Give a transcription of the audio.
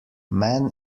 man